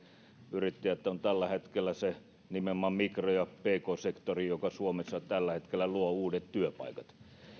yrittäjät ovat tällä hetkellä se nimenomaan mikro ja pk sektori joka suomessa luo uudet työpaikat